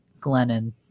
Glennon